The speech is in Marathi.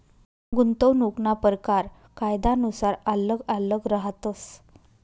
गुंतवणूकना परकार कायनुसार आल्लग आल्लग रहातस